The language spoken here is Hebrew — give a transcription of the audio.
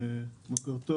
בוקר טוב.